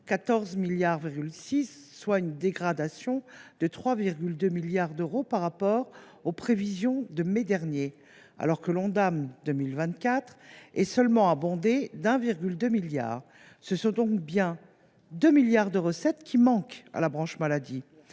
d’euros, soit une dégradation de 3,2 milliards d’euros par rapport aux prévisions du mois de mai dernier, alors que l’Ondam 2024 est seulement abondé de 1,2 milliard d’euros. Ce sont donc bien 2 milliards de recettes qui manquent à la branche maladie.